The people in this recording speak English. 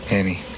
Annie